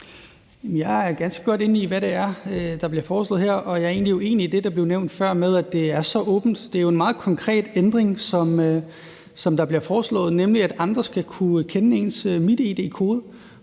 ganske godt inde i, hvad det er, der bliver foreslået her, og jeg er egentlig uenig i det, der blev nævnt før, med, at det er så åbent. Det er jo en meget konkret ændring, der bliver foreslået, nemlig at andre skal kunne kende ens MitID-kode.